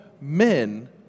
men